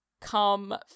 come